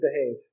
behave